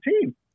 team